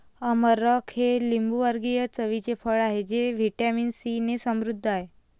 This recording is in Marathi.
अमरख हे लिंबूवर्गीय चवीचे फळ आहे जे व्हिटॅमिन सीने समृद्ध आहे